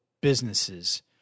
businesses